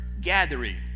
Gathering